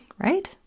right